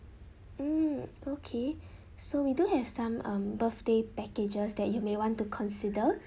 mm okay so we do have some um birthday packages that you may want to consider